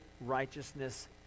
righteousness